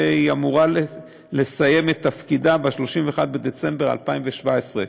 והיא אמורה לסיים את תפקידה ב-31 בדצמבר 2017,